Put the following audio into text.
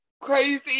crazy